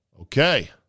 Okay